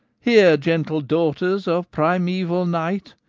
hear, gentle daughters of primeval night,